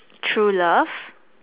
true love